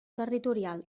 territorial